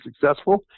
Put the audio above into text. successful